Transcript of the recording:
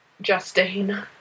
Justine